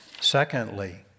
Secondly